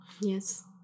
yes